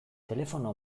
telefono